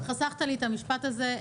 חסכת לי את המשפט הזה.